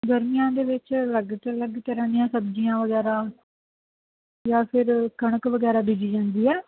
ਗਰਮੀਆਂ ਦੇ ਵਿੱਚ ਅਲੱਗ ਤੋਂ ਅਲੱਗ ਤਰ੍ਹਾਂ ਦੀਆਂ ਸਬਜ਼ੀਆਂ ਵਗੈਰਾ ਜਾਂ ਫਿਰ ਕਣਕ ਵਗੈਰਾ ਬੀਜੀ ਜਾਂਦੀ ਆ